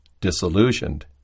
disillusioned